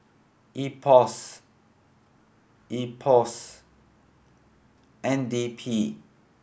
IPOS IPOS N D P